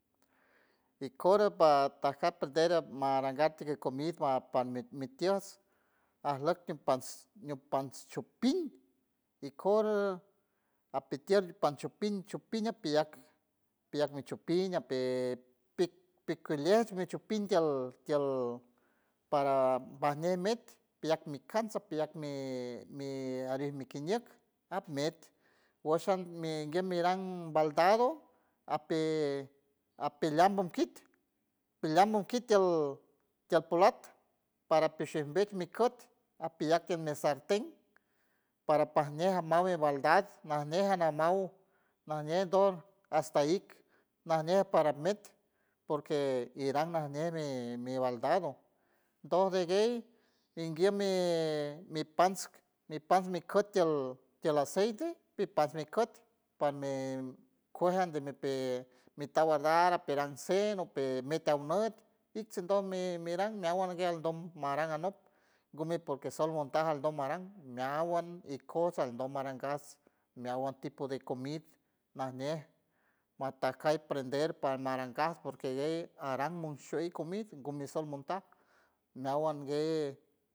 Icora pa tajat meram marandam tibeu comis maran mitios aj lock in pans ñiun pan chupin ikor apitield pancho pin chupiña piyak piyak machupiña pi pik pikilields michupinds tiold tiold para bañen ments piyak mi cansa piyak mi mi arien mikiñej at men washan mingue miran baldado, api apiland mumkid apiland mukid tiold tial polat para peshimbecj mikot apillarke mi sarten para pajñeja mabe baldado najñeja namau ña ñe dor hasta ik najñe para met porque iran najñebe me mibaldado dode guey inguiey mi pans mi pans nikiots tiol tiol aceite y pas mikot parme cuejan de me pe mitad guardara peeranseno per metan not its sidon me meran meawuand guer aldont maram anot gumen porque sormontaja al dont muaran meawuand ikos al dont marangas meawuand tipo de comida najñe martajiar prender paranarangas porque guey aran mushueyld comid gumisiold montar meawuand guey.